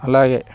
అలాగే